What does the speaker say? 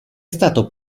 stato